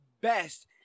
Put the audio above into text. best